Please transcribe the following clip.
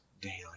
daily